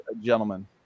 gentlemen